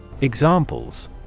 Examples